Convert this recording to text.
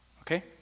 okay